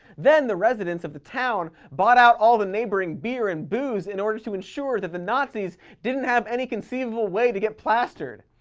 then the residents of the town bought out all the neighboring beer and booze in order to ensure that the nazis didn't have any conceivable way to get plastered.